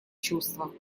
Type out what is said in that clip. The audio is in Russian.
чувства